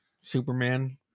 Superman